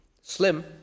slim